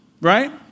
right